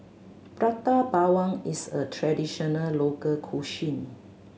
Prata Bawang is a traditional local cuisine